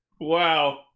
Wow